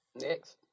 Next